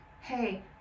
hey